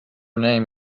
name